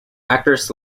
actors